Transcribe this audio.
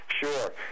Sure